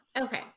okay